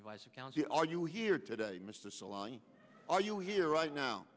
counsel are you here today mr salami are you here right now